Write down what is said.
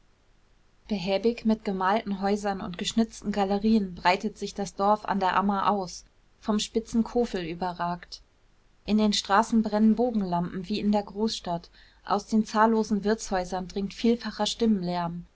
behäbig mit gemalten häusern und geschnitzten galerien breitet sich das dorf an der ammer aus vom spitzen kofel überragt in den straßen brennen bogenlampen wie in der großstadt aus den zahllosen wirtshäusern dringt vielfacher stimmenlärm